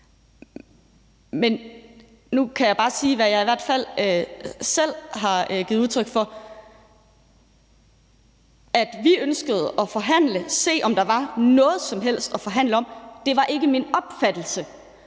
Nu kan jeg bare sige, hvad jeg i hvert fald selv har givet udtryk for: Vi ønskede at forhandle og se, om der var noget som helst at forhandle om. Det var ikke min opfattelse,